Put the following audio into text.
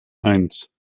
eins